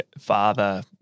father